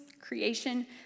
creation